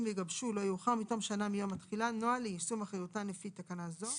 יגבשו לא יאוחר מתום שנה מיום התחילה נוהל ליישום אחריותן לפי תקנה זו.